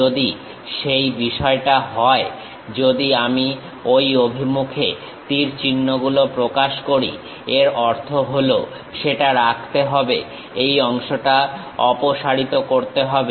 যদি সেটা বিষয়টা হয় যদি আমি ঐ অভিমুখে তীর চিহ্ন গুলো প্রকাশ করি এর অর্থ হলো সেটা রাখতে হবে এই অংশটা অপসারিত করতে হবে